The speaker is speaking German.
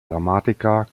dramatiker